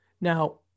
Now